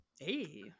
hey